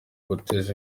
guteza